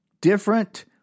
different